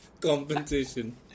compensation